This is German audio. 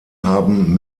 haben